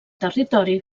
territori